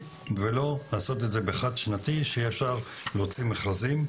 ולא לעשות את זה בחד שנתי כדי שיהיה אפשר להוציא מכרזים.